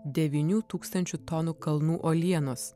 devynių tūkstančių tonų kalnų uolienos